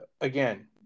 again